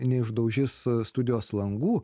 neišdaužis studijos langų